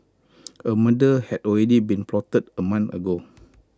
A murder had already been plotted A month ago